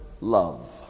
love